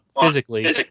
physically